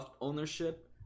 ownership